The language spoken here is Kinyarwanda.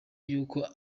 yuko